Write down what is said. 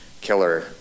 killer